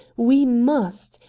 we must!